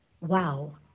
Wow